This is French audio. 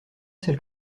celle